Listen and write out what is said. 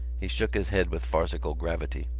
he shook his head with farcical gravity.